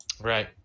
right